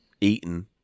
eaten